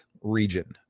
region